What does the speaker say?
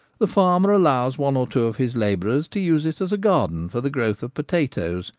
the farmer allows one or two of his labourers to use it as a garden for the growth of potatoes,